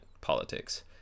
politics